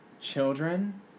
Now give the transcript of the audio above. children